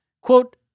quote